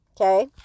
okay